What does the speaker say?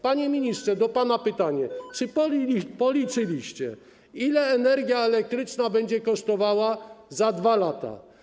Panie ministrze, do pana pytanie: Czy policzyliście, ile energia elektryczna będzie kosztowała za 2 lata?